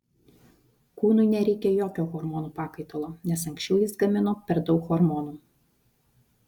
kūnui nereikia jokio hormonų pakaitalo nes anksčiau jis gamino per daug hormonų